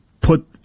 put